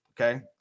okay